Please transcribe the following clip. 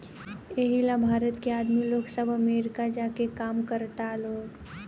एही ला भारत के आदमी लोग सब अमरीका जा के काम करता लोग